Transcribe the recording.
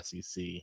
SEC